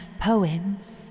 poems